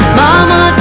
mama